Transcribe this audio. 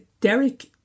Derek